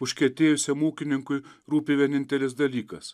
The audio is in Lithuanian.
užkietėjusiam ūkininkui rūpi vienintelis dalykas